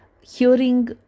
hearing